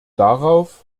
darauf